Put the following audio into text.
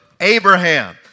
Abraham